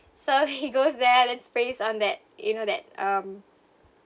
so he goes there and then sprays on that you know that um